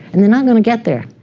and they're not going to get there.